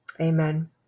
Amen